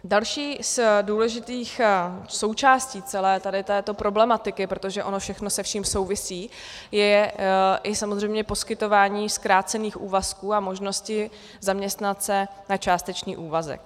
Další z důležitých součástí celé této problematiky protože ono všechno se vším souvisí je samozřejmě i poskytování zkrácených úvazků a možnosti zaměstnat se na částečný úvazek.